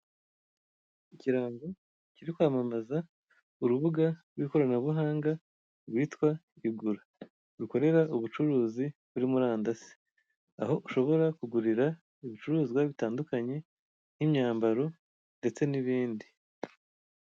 Ikirango kiri kwamamaza urubuga rw'ikoranabuhanga rwitwa bigure, rukorera ubucuruzi kuri murandasi, aho ushobora kugurira ibicuruzwa bitandukanye nk'imyambaro ndetse n'ibindi.